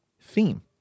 theme